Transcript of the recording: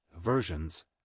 versions